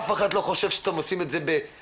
אף אחד לא חושב שאתם עושים את זה באהבה,